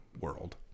world